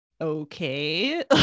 okay